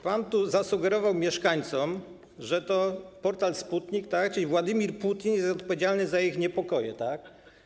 Pan tu zasugerował mieszkańcom, że to portal Sputnik, czyli Władimir Putin, jest odpowiedzialny za ich niepokoje, tak?